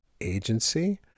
agency